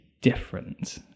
different